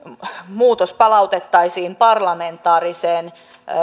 muutos palautettaisiin parlamentaariseen